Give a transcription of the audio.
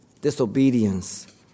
disobedience